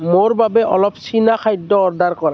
মোৰ বাবে অলপ চীনা খাদ্য অৰ্ডাৰ কৰা